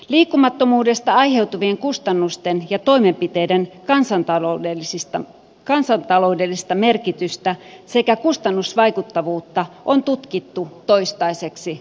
liikkumattomuudesta aiheutuvien kustannusten ja toimenpiteiden kansantaloudellista merkitystä sekä kustannusvaikuttavuutta on tutkittu toistaiseksi riittämättömästi